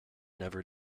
never